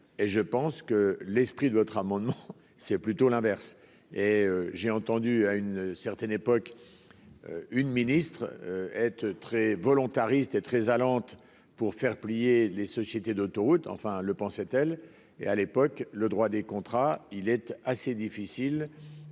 et je pense que l'esprit de votre amendement, c'est plutôt l'inverse, et j'ai entendu à une certaine époque, une ministre, être très volontariste et très allante pour faire plier les sociétés d'autoroutes, enfin le pensait-elle et à l'époque, le droit des contrats, il est assez difficile